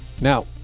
Now